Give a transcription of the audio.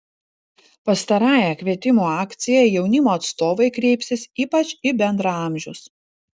pastarąja kvietimų akcija jaunimo atstovai kreipsis ypač į bendraamžius